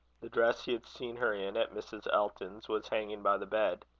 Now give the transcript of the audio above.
the dress he had seen her in at mrs. elton's, was hanging by the bed.